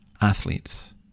athletes